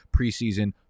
preseason